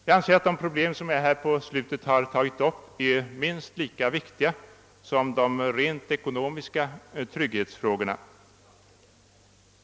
Jag anser att de problem som jag avslutningsvis tagit upp är minst lika viktiga som de rent ekonomiska trygghetsfrågorna.